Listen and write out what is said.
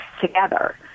together